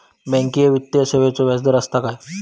Banking वित्तीय सेवाचो व्याजदर असता काय?